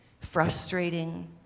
frustrating